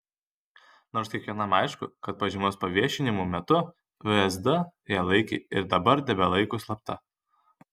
nors kiekvienam aišku kad pažymos paviešinimo metu vsd ją laikė ir dabar tebelaiko slapta